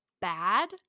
bad